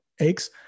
aches